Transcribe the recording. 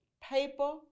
paper